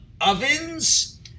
ovens